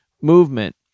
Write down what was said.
movement